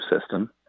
system